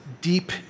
deep